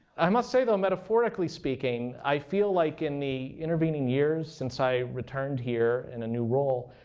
i must say though, metaphorically speaking, i feel like in the intervening years since i returned here in a new role,